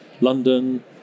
London